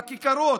בכיכרות,